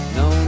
no